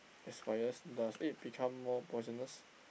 expires does it become more poisonous